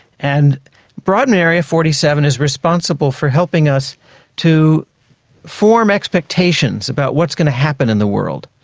and brodmann area forty seven is responsible for helping us to form expectations about what's going to happen in the world.